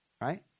Right